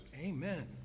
Amen